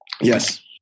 Yes